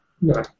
No